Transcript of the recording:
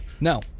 No